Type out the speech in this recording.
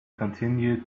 continue